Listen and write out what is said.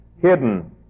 hidden